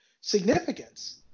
significance